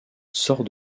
sort